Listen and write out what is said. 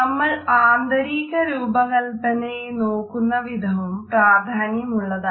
നമ്മൾ ആന്തരിക രൂപകല്പനയെ നോക്കുന്ന വിധവും പ്രാധാന്യമുള്ളതാണ്